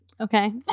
Okay